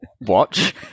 Watch